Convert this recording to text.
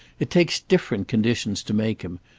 it takes different conditions to make him,